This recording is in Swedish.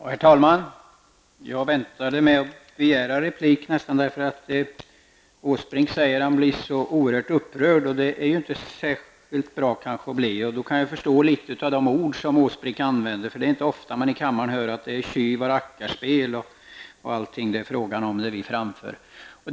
Herr talman! Jag väntade med att begära ordet, eftersom Åsbrink blir så oerhört upprörd, vilket kanske inte är så bra. Då kan jag förstå att han uttrycker sig som han gör. Det är inte ofta man här i kammaren får höra att vi bedriver tjuv och rackarspel när vi framför våra krav och förslag.